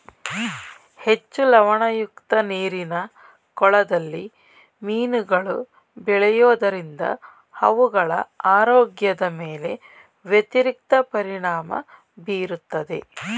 ಹೆಚ್ಚು ಲವಣಯುಕ್ತ ನೀರಿನ ಕೊಳದಲ್ಲಿ ಮೀನುಗಳು ಬೆಳೆಯೋದರಿಂದ ಅವುಗಳ ಆರೋಗ್ಯದ ಮೇಲೆ ವ್ಯತಿರಿಕ್ತ ಪರಿಣಾಮ ಬೀರುತ್ತದೆ